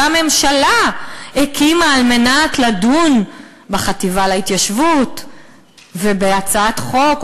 שהממשלה הקימה אותה על מנת לדון בחטיבה להתיישבות ובהצעת החוק,